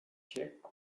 check